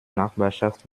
nachbarschaft